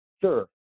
Sure